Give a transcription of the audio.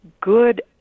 good